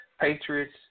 Patriots